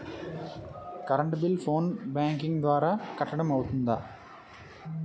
Current bill phone banking ద్వారా కట్టడం అవ్తుందా?